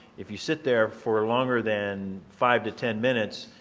if you sit there for a longer than five to ten minutes,